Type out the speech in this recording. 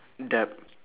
dab